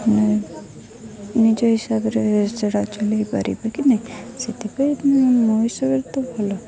ନିଜ ହିସାବରେ ସେଇଟା ଚଲେଇପାରିବେ କି ନାହିଁ ସେଥିପାଇଁ ମୋ ହିସାବରେ ତ ଭଲ